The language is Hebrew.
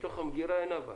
בתוך המגרה אין אבק.